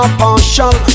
partial